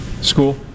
school